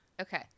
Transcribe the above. Okay